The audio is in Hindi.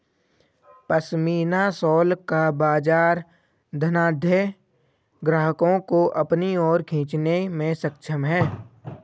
पशमीना शॉल का बाजार धनाढ्य ग्राहकों को अपनी ओर खींचने में सक्षम है